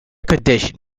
conditioned